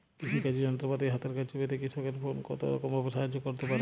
কৃষিকাজের যন্ত্রপাতি হাতের কাছে পেতে কৃষকের ফোন কত রকম ভাবে সাহায্য করতে পারে?